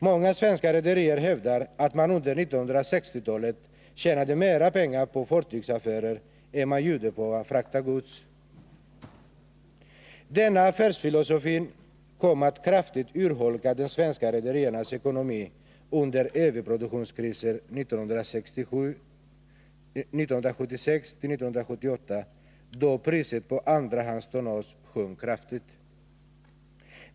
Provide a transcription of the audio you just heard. Många svenska rederier hävdar att man under 1960-talet tjänade mer pengar på fartygsaffärer än på att frakta gods. Denna affärsfilosofi kom att kraftigt urholka de svenska rederiernas ekonomi under överproduktionskrisen 1976-1978, då priset på andrahandstonnage sjönk kraftigt.